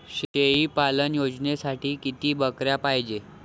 शेळी पालन योजनेसाठी किती बकऱ्या पायजे?